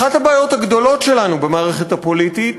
אחת הבעיות הגדולות שלנו במערכת הפוליטית